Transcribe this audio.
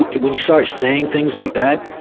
when you start saying things like that,